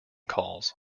calls